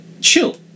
chill